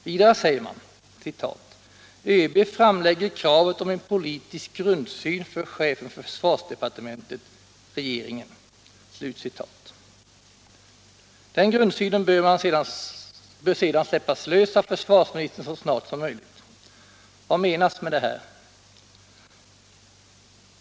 Vidare heter det: ”ÖB framlägger kravet om en politisk grundsyn för CFöD .” Den grundsynen bör sedan släppas lös av försvarsministern så snart som möjligt. Vad menas med detta?